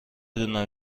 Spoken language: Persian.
دونم